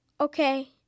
Okay